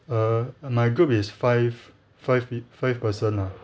err my group is five five peo~ five person lah